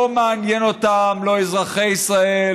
לא מעניין אותם לא אזרחי ישראל,